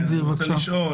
אני אתן סתם כדוגמה,